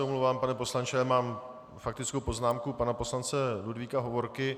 Omlouvám se, pane poslanče, ale mám faktickou poznámku pana poslance Ludvíka Hovorky.